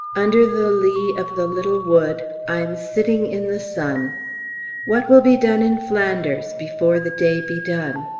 under the lee of the little wood i'm sitting in the sun what will be done in flanders before the day be done?